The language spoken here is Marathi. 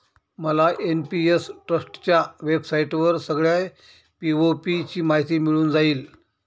मला एन.पी.एस ट्रस्टच्या वेबसाईटवर सगळ्या पी.ओ.पी ची माहिती मिळून जाईल